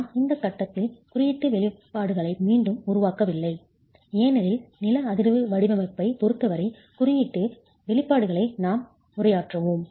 நான் இந்த கட்டத்தில் குறியீட்டு வெளிப்பாடுகளை மீண்டும் உருவாக்கவில்லை ஏனெனில் நில அதிர்வு வடிவமைப்பைப் பொருத்தவரை குறியீட்டு வெளிப்பாடுகளை நாம் உரையாற்றுவோம்